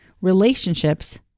relationships